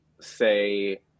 say